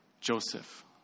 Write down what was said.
Joseph